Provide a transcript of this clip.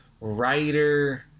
writer